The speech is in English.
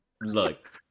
Look